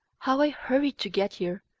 how i hurried to get here!